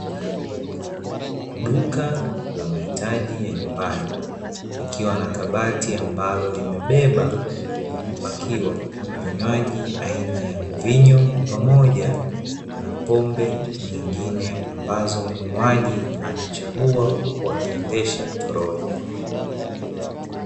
Duka la mahitaji ya nyumbani, likiwa na kabati ambalo limebeba na kupakiwa vinywaji aina ya mvinyo, pamoja na pombe nyingine, ambazo mnunuaji anachagua huku akiendesha toroli.